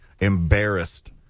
embarrassed